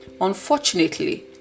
unfortunately